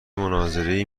مناظری